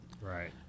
Right